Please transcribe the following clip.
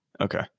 Okay